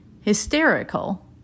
hysterical